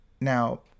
Now